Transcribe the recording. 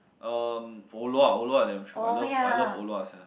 um Orh-Lua damn shiok I love Orh-Lua sia